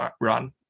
run